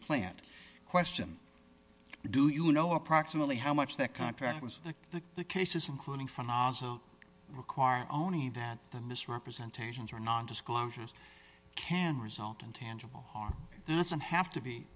plant question do you know approximately how much that contract was the the cases including from require only that the misrepresentations are non disclosures can result in tangible heart doesn't have to be